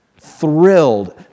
thrilled